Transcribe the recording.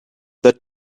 that